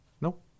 Nope